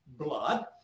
blood